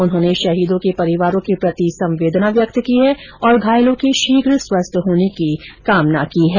उन्होंने शहीदों के परिवारों के प्रति संवेदना व्यक्त की है और घायलों के शीघ्रस्वस्थ होने की कामना की है